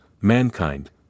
mankind